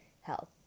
health